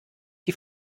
die